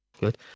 good